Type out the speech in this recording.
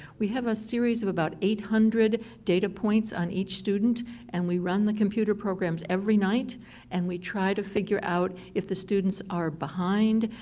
we have a series of about eight hundred data points on each student and we run the computer programs every night and we try to figure out if the students are behind,